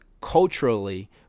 culturally